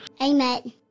Amen